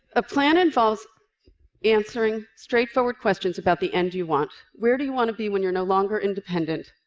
a plan involves answering straightforward questions about the end you want. where do you want to be when you're no longer independent?